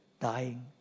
dying